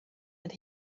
and